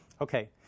Okay